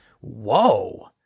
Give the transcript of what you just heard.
whoa